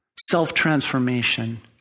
self-transformation